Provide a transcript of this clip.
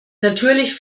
natürlich